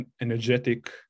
energetic